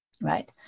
right